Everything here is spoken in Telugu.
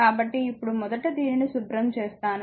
కాబట్టి ఇప్పుడు మొదట దీనిని శుభ్రం చేస్తాను